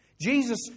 Jesus